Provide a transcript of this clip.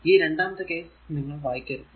ഈ രണ്ടാമത്തെ കേസ് നിങ്ങൾ വായിക്കരുത്